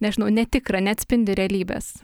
nežinau netikra neatspindi realybės